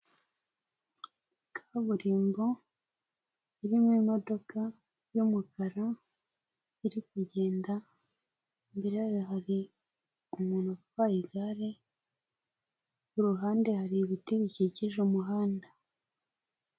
Kaburimbo irimo imodoka y'umukara iri kugenda. Imbere yayo hari umuntu utwaye igare, kuruhande hari ibiti bikikije umuhanda.